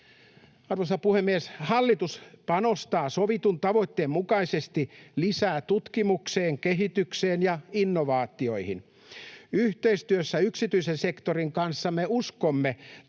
Arvoisa puhemies! Hallitus panostaa sovitun tavoitteen mukaisesti lisää tutkimukseen, kehitykseen ja innovaatioihin. Yhteistyössä yksityisen sektorin kanssa me uskomme